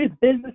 business